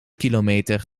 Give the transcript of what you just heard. kilometer